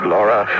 Laura